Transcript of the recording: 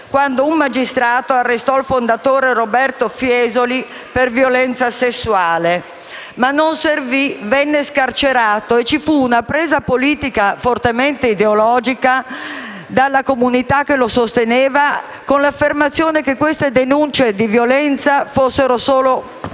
quando un magistrato arrestò il fondatore Roberto Fiesoli per violenza sessuale. Ma non servì. Venne scarcerato e ci fu una presa politica fortemente ideologica della comunità che lo sosteneva con l'affermazione che le denunce di violenza erano solo